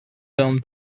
film